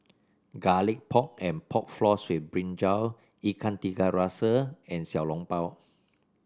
Garlic Pork and Pork Floss with brinjal Ikan Tiga Rasa and Xiao Long Bao